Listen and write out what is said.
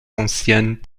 anciens